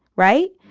right.